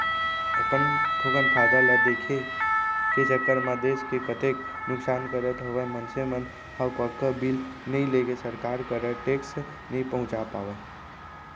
अपन थोकन फायदा ल देखे के चक्कर म देस के कतेक नुकसान करत हवय मनसे मन ह पक्का बिल नइ लेके सरकार करा टेक्स नइ पहुंचा पावय